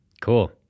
Cool